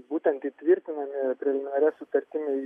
būtent įtvirtinami preliminaria sutartimi